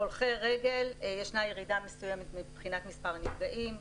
הולכי רגל, יש ירידה מסוימת מבחינת מספר נפגעים.